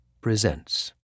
presents